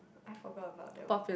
I forgot about that one